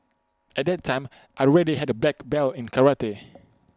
at that time I already had A black belt in karate